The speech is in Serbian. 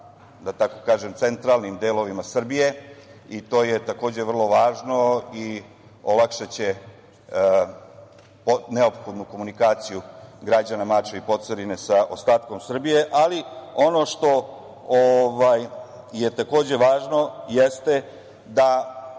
građana sa centralnim delovima Srbije i to je takođe vrlo važno, jer će olakšati neophodnu komunikaciju građana Mačve i Pocerine sa ostatkom Srbije, ali ono što je takođe važno jeste da